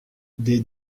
des